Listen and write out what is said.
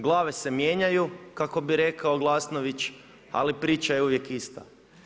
Glave se mijenjaju, kako bi rekao Glasnović, ali priča je uvijek ista.